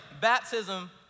baptism